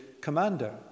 commander